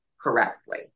correctly